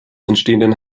entstehenden